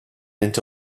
into